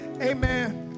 amen